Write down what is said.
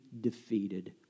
defeated